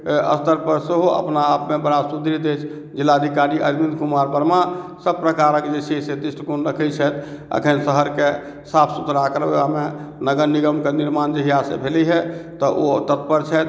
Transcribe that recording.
स्तरपर सेहो अपना आपमे बड़ा सुदृढ़ अछि जिलाधिकारी अर्जुन कुमार वर्मा सब प्रकारके जे छै दृष्टिकोण रखै छथि एखन शहरके साफ सुथरा करबामे नगर निगमके निर्माण जहिआसँ भेलै हँ तऽ ओ तत्पर छथि